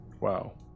Wow